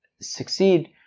succeed